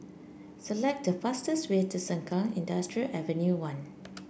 select the fastest way to Sengkang Industrial Avenue One